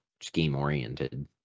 scheme-oriented